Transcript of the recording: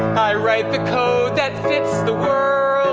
i write the code that fits the world